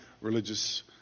religious